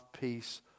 peace